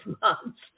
months